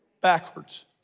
backwards